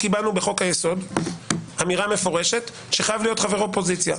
קיבלנו בחוק היסוד אמירה מפורשת שחייב להיות חבר אופוזיציה.